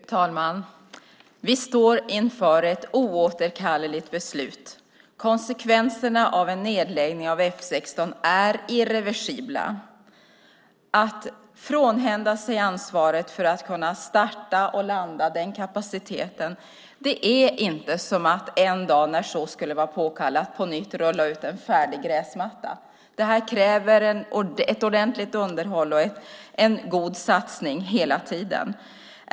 Fru talman! Vi står inför ett oåterkalleligt beslut. Konsekvenserna av en nedläggning av F 16 är irreversibla. Att frånhända sig ansvaret för att kunna starta och landa den kapaciteten är inte som att en dag när så skulle vara påkallat på nytt rulla ut en färdig gräsmatta. Det här kräver ett ordentligt underhåll och en god satsning hela tiden.